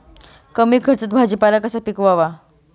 कमी खर्चात भाजीपाला कसा पिकवावा?